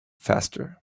faster